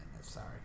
Sorry